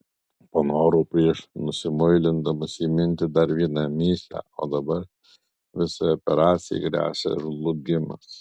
panorau prieš nusimuilindamas įminti dar vieną mįslę o dabar visai operacijai gresia žlugimas